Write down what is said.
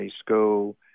school